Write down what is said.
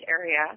area